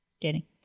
Danny